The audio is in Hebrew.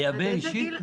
מייבא אישי?